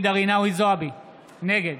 נגד